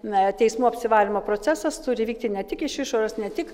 na teismų apsivalymo procesas turi vykti ne tik iš išorės ne tik